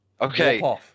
Okay